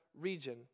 region